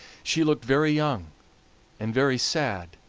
she looked very young and very sad,